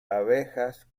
abejas